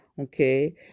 Okay